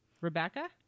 Rebecca